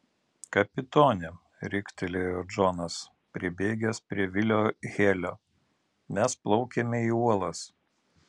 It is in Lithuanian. kapitone riktelėjo džonas pribėgęs prie vilio helio mes plaukiame į uolas